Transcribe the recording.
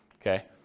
Okay